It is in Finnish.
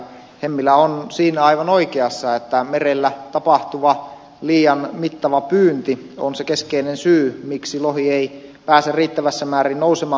hemmilä on siinä aivan oikeassa että merellä tapahtuva liian mittava pyynti on se keskeinen syy miksi lohi ei pääse riittävässä määrin nousemaan